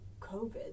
COVID